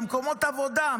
במקומות עבודה.